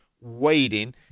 waiting